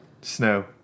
Snow